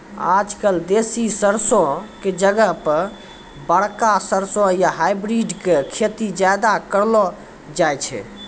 आजकल देसी सरसों के जगह पर बड़का सरसों या हाइब्रिड के खेती ज्यादातर करलो जाय छै